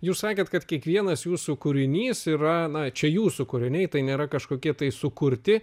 jūs sakėt kad kiekvienas jūsų kūrinys yra na čia jūsų kūriniai tai nėra kažkokie tai sukurti